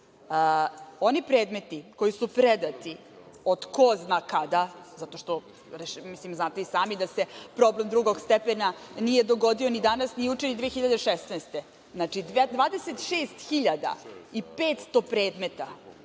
predmeti koji su predati od ko zna kada, zato što znate i sami da se problem drugog stepena nije dogodio ni danas ni juče, ni 2016. godine, znači 26.500 predmeta